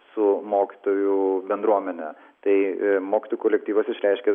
su mokytojų bendruomene tai mokytojų kolektyvas išreiškė